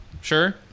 Sure